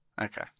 Okay